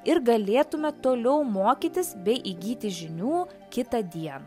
ir galėtume toliau mokytis bei įgyti žinių kitą dieną